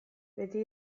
beti